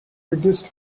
reduced